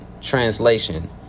Translation